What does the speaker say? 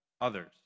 others